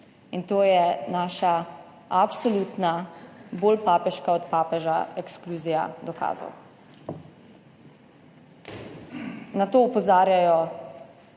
in to je naša absolutna, bolj papeška od papeža, ekskluzija dokazov. Na to opozarjajo